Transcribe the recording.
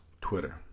Twitter